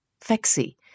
Fexi